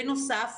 בנוסף,